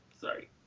Sorry